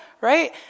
right